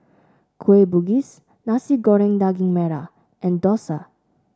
Kueh Bugis Nasi Goreng Daging Merah and Dosa